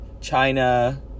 China